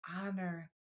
honor